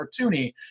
cartoony